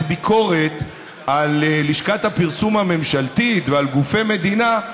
ביקורת על לשכת הפרסום הממשלתית ועל גופי המדינה,